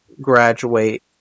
graduate